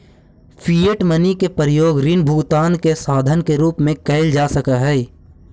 fiat money के प्रयोग ऋण भुगतान के साधन के रूप में कईल जा सकऽ हई